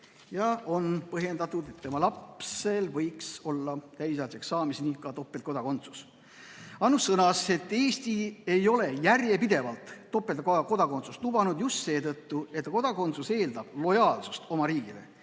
ja on põhjendatud, et tema lapsel võiks olla täisealiseks saamiseni topeltkodakondsus. Ruth Annus sõnas, et Eesti ei ole järjepidevalt topeltkodakondsust lubanud just seetõttu, et kodakondsus eeldab lojaalsust oma riigile.